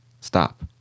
stop